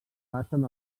passen